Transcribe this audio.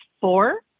four